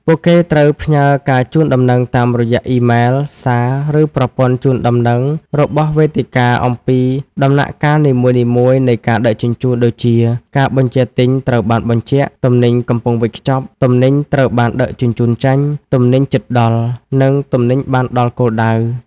ពួកគេត្រូវផ្ញើការជូនដំណឹងតាមរយៈអ៊ីមែល សារ ឬប្រព័ន្ធជូនដំណឹងរបស់វេទិកាអំពីដំណាក់កាលនីមួយៗនៃការដឹកជញ្ជូន ដូចជា "ការបញ្ជាទិញត្រូវបានបញ្ជាក់" "ទំនិញកំពុងវេចខ្ចប់" "ទំនិញត្រូវបានដឹកជញ្ជូនចេញ" "ទំនិញជិតដល់" និង "ទំនិញបានដល់គោលដៅ"។